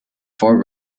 four